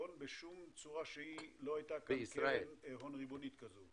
בשום צורה שהיא לא הייתה כאן קרן הון ריבונית כזו?